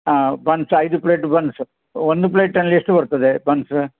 ಹಾಂ ಬನ್ಸ್ ಐದು plate buns ಒಂದು ಪ್ಲೇಟಲ್ಲಿ ಎಷ್ಟು ಬರ್ತದೆ ಬನ್ಸು